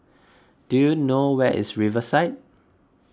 do you know where is Riverside